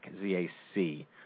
Z-A-C